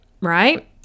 right